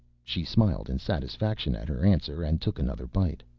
she smiled in satisfaction at her answer and took another bite.